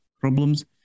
problems